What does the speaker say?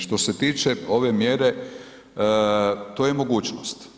Što se tiče ove mjere, to je mogućnost.